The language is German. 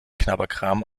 knabberkram